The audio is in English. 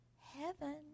Heaven